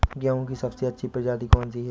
गेहूँ की सबसे अच्छी प्रजाति कौन सी है?